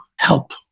help